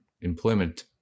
employment